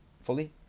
fully